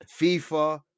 FIFA